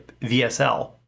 VSL